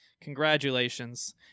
Congratulations